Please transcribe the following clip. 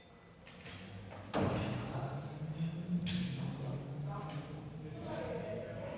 Tak